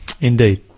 indeed